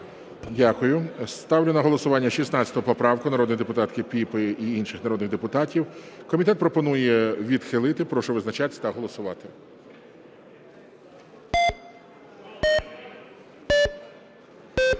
Дякую. Ставлю на голосування 16 поправку народної депутатки Піпи й інших народних депутатів. Комітет пропонує відхилити. Прошу визначатись та голосувати.